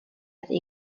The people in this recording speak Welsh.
wedi